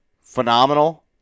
phenomenal